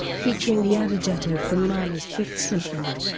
featuring the adagietto from mahler's fifth symphony.